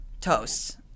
toast